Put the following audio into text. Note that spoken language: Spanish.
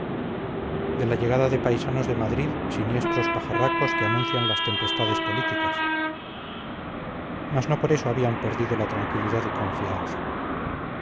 de la llegada de paisanos de madrid siniestros pajarracos que anuncian las tempestades políticas mas no por eso habían perdido la tranquilidad y confianza